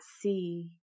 see